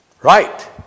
Right